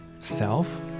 self